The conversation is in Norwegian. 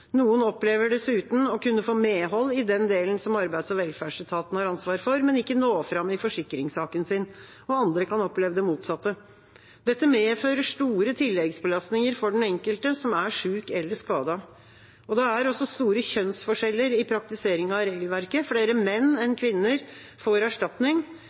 Noen opplever dessuten å kunne få medhold i den delen som Arbeids- og velferdsetaten har ansvaret for, men å ikke nå fram i forsikringssaken sin, og andre kan oppleve det motsatte. Dette medfører store tilleggsbelastninger for den enkelte, som er syk eller skadet. Det er også store kjønnsforskjeller i praktiseringen av regelverket. Flere menn enn kvinner får erstatning.